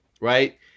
right